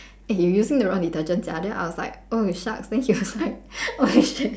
eh you using the wrong detergent sia then I was like oh shucks then he was like oh shit